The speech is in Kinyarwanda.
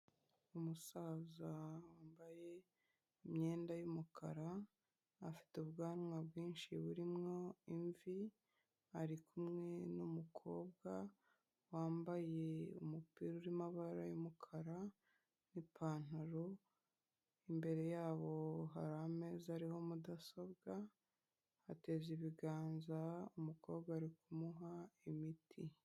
Umusaza wambaye imyenda yumukara afite ubwanwa bwinshi burimwo imvi, ari kumwe n'umukobwa wambaye umupira urimo amabara y'umukara n'ipantaro, imbere yabo hari ameza ariho mudasobwa, ateze ibiganza, umukobwa ari kumuha imiti.